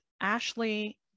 Ashley